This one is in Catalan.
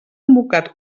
convocat